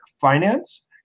finance